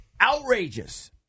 outrageous